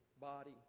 body